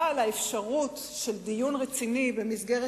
אבל חוסר האפשרות של דיון רציני במסגרת